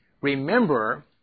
remember